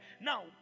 now